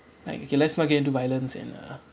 like okay let's not get into violence and uh